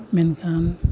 ᱢᱮᱱᱠᱷᱟᱱ